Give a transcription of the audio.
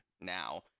now